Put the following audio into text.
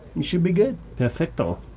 should be good perfecto.